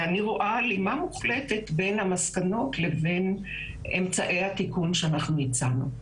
אני רואה הלימה מוחלטת בין המסקנות לבין אמצעי התיקון שאנחנו הצענו.